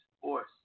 Force